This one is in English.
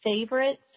favorites